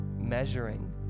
measuring